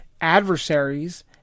adversaries